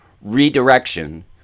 redirection